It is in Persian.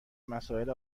مسائل